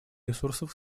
ресурсов